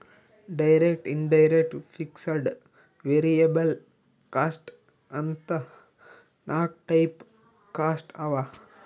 direct, indirect, fixed, variable cost ಅಂತ್ ನಾಕ್ type cost ಅವಾ